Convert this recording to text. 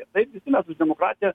taip visi mes už demokratiją